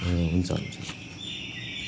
ए हुन्छ हुन्छ